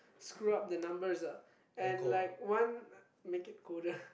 screw up the numbers lah and like one make it colder